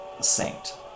saint